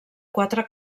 quatre